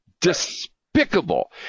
Despicable